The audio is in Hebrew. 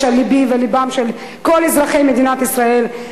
על לבי ולבם של כל אזרחי מדינת ישראל.